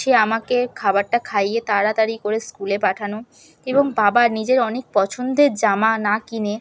সে আমাকে খাবারটা খাইয়ে তাড়াতাড়ি করে স্কুলে পাঠানো এবং বাবা নিজের অনেক পছন্দের জামা না কিনে